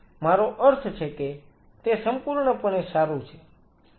મારો અર્થ છે કે તે સંપૂર્ણપણે સારું છે